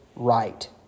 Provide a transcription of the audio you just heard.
Right